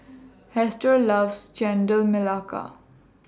Hester loves Chendol Melaka